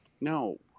No